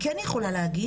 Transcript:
אפשר להגיד